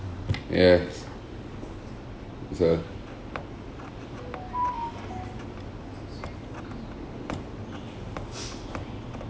yes